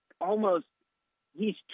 almost—he's